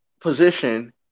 position